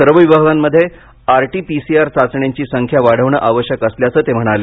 सर्व विभागांमध्ये RT PCR चाचण्यांची संख्या वाढवणे आवश्यक असल्याच ते म्हणाले